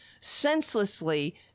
senselessly